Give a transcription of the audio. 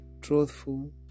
truthful